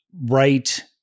right